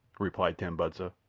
replied tambudza.